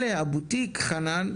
אלה הבוטיק חנן,